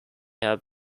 have